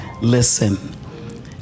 listen